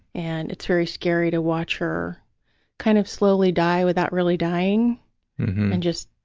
and it's very scary to watch her kind of slowly die without really dying and just,